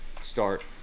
start